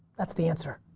that's the answer,